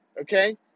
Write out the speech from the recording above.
okay